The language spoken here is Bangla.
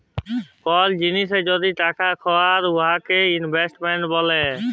কল জিলিসে যদি টাকা খাটায় উয়াকে ইলভেস্টমেল্ট ব্যলে